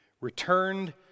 returned